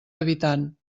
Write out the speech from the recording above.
habitant